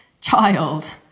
child